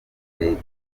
leta